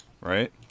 right